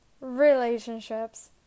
relationships